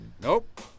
Nope